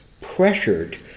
pressured